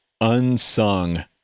unsung